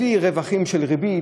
בלי רווחים של ריבית,